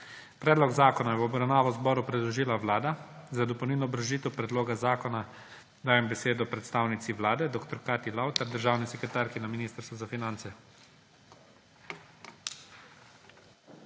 Predlog zakona je v obravnavo Državnemu zboru predložila Vlada. Za dopolnilno obrazložitev predloga zakona dajem besedo predstavnici Vlade dr. Katji Lautar, državni sekretarki na Ministrstvu za finance.